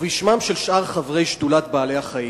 ובשמם של שאר חברי שדולת בעלי-החיים.